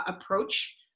approach